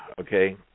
okay